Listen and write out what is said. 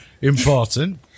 important